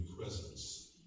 presence